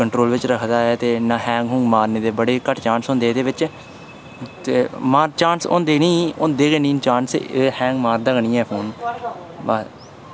control बिच रखदा ऐ ते इ'न्ना हैंग मारने दे बड़े घट्ट चांस होंदे एह्दे बिच महां चांस होंदे निं होंदे गै निं चांस हैंग मारदा निं ऐ फोन बस